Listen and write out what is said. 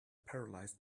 paralysed